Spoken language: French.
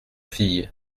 fille